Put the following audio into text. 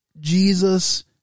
Jesus